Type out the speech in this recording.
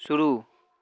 शुरू